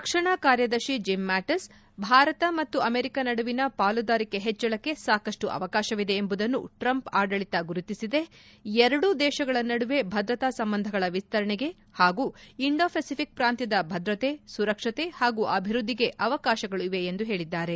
ರಕ್ಷಣಾ ಕಾರ್ಯದರ್ಶಿ Jim Mattis Bharat ಮತ್ತು ಅಮೆರಿಕ ನಡುವಿನ ಪಾಲುದಾರಿಕೆ ಹೆಚ್ಚಳಕ್ಕೆ ಸಾಕಷ್ನು ಅವಕಾಶವಿದೆ ಎಂಬುದನ್ನು ಟ್ರಂಪ್ ಆಡಳಿತ ಗುರುತಿಸಿದೆ ಎರಡೂ ದೇಶಗಳ ನಡುವೆ ಭದ್ರತಾ ಸಂಬಂಧಗಳ ವಿಸ್ತರಣೆಗೆ ಹಾಗೂ ಇಂಡೋ ಪೆಸಿಫಿಕ್ ಪ್ರಾಂತ್ಯದ ಭದ್ರತೆ ಸುರಕ್ಷತೆ ಹಾಗೂ ಅಭಿವೃದ್ದಿಗೆ ಅವಕಾಶಗಳು ಇವೆ ಎಂದು ಹೇಳಿದ್ದಾರೆ